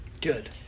good